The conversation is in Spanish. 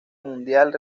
mundial